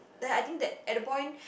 then I think that at the point